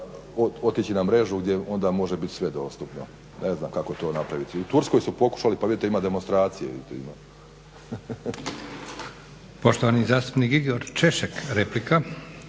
otići na mrežu gdje onda može biti sve dostupno. Ne znam kako to napraviti, u Turskoj su pokušali pa vidite ima demonstracije.